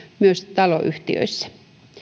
myös taloyhtiöissä